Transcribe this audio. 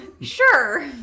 Sure